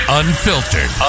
unfiltered